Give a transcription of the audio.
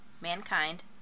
Mankind